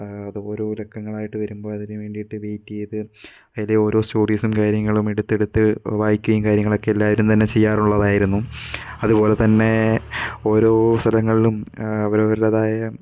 അത് ഓരോ ലക്കങ്ങളായിട്ടു വരുമ്പോൾ അതിനു വേണ്ടിയിട്ട് വെയ്റ്റ് ചെയ്ത് അതിലെ ഓരോ സ്റ്റോറീസും കാര്യങ്ങളുമെടുത്തെടുത്ത് വായിക്കുകയും കാര്യങ്ങളൊക്കെ എല്ലാവരും തന്നെ ചെയ്യാറുള്ളതായിരുന്നു അതുപോലെ തന്നെ ഓരോ സ്ഥലങ്ങളിലും അവരവരുടേതായ